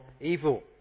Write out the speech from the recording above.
evil